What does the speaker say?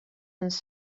into